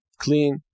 clean